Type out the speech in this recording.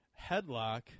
Headlock